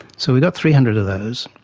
so we got three hundred of those.